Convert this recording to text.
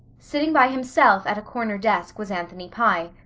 sitting by himself at a corner desk was anthony pye.